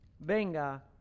venga